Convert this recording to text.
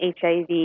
HIV